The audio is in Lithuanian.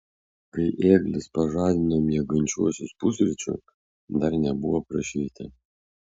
kai ėglis pažadino miegančiuosius pusryčių dar nebuvo prašvitę